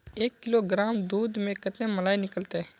एक किलोग्राम दूध में कते मलाई निकलते?